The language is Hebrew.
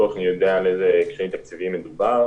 בטוח שאני יודע על איזה קשיים תקציביים מדובר.